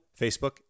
Facebook